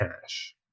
cash